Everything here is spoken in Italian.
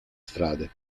strade